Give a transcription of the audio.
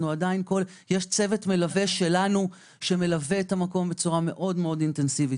יש צוות מלווה שלנו שמלווה את המקום בצורה מאוד אינטנסיבית.